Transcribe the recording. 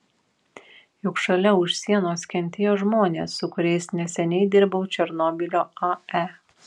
juk šalia už sienos kentėjo žmonės su kuriais neseniai dirbau černobylio ae